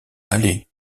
allez